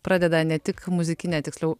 pradeda ne tik muzikinę tiksliau